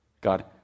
God